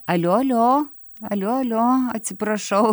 alio alio alio alio atsiprašau